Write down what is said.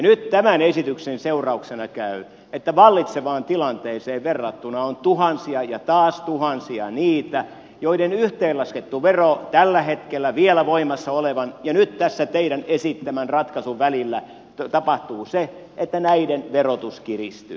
nyt tämän esityksen seurauksena käy että vallitsevaan tilanteeseen verrattuna on tuhansia ja taas tuhansia niitä joiden yhteenlasketun veron osalta vielä tällä hetkellä voimassa olevan ja nyt tässä teidän esittämänne ratkaisun välillä tapahtuu se että näiden verotus kiristyy